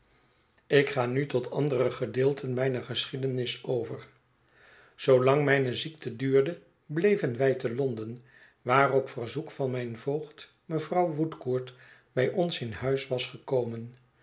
ik ga nu tot andere gedeelten mijner geschiedenis over zoolang mijne ziekte duurde bleven wij te londen waar op verzoek van mijn voogd mevrouw woodcourt bij ons in huis was gekomen